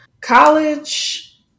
college